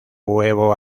huevo